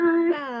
Bye